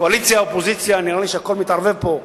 קואליציה, אופוזיציה, נראה לי שהכול מתערבב פה.